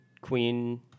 queen